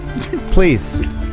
Please